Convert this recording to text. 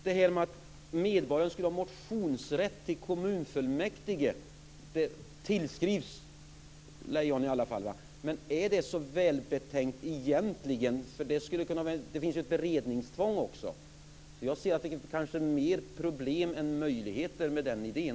Det här med att medborgaren skulle ha motionsrätt till kommunfullmäktige, som i alla fall tillskrivs Lejon, är det så välbetänkt egentligen? Det finns ju ett beredningstvång också. Jag ser kanske fler problem än möjligheter med den idén.